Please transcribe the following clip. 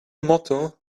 motto